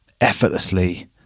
effortlessly